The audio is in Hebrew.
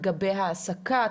לגבי העסקה,